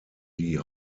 die